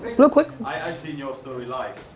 real quick. i've seen your story live.